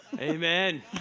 Amen